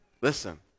listen